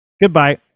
Goodbye